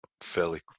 Fairly